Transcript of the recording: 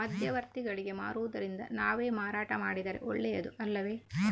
ಮಧ್ಯವರ್ತಿಗಳಿಗೆ ಮಾರುವುದಿಂದ ನಾವೇ ಮಾರಾಟ ಮಾಡಿದರೆ ಒಳ್ಳೆಯದು ಅಲ್ಲವೇ?